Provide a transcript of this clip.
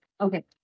okay